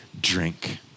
drink